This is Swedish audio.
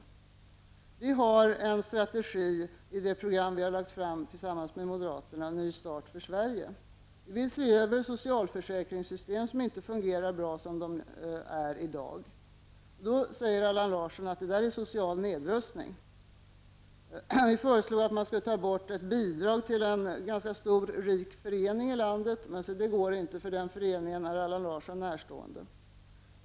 Vi har en strategi i det program som vi har lagt fram tillsammans med moderaterna, Ny start för Vi vill se över socialförsäkringssystem som inte fungerar bra som de är i dag. Då säger Allan Larsson att det är social nedrustning. Vi föreslår att man skulle ta bort ett bidrag till en ganska stor rik förening i landet, men se det går inte, för den föreningen är Allan Larsson närstående.